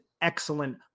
excellent